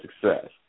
success